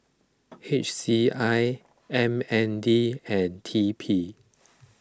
H C I M N D and T P